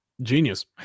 genius